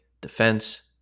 defense